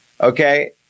Okay